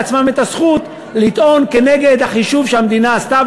העברת מכתב שהם שומרים לעצמם את הזכות לטעון כנגד החישוב שהמדינה עשתה,